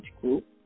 group